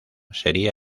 sería